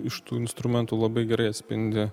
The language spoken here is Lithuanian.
iš tų instrumentų labai gerai atspindi